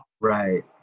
right